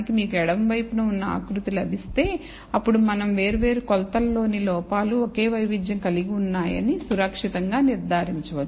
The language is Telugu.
మీకు ఎడమ వైపున ఉన్న ఆకృతి లభిస్తే అప్పుడు మనం వేర్వేరు కొలతలలోని లోపాలు ఓకే వైవిధ్యం కలిగి ఉన్నాయని సురక్షితంగా నిర్ధారించవచ్చు